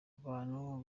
abantu